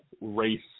race